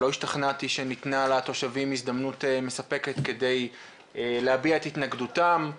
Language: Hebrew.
לא השתכנעתי שניתנה לתושבים הזדמנות מספקת כדי להביע את התנגדותם,